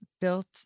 built